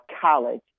college